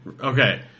Okay